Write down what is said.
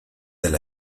del